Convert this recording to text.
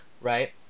right